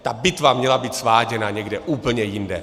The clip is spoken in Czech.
Ta bitva měla být sváděna někde úplně jinde.